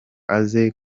aze